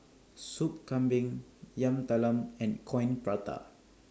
Soup Kambing Yam Talam and Coin Prata